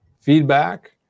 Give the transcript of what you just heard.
feedback